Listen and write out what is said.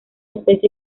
especie